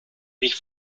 mich